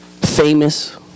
famous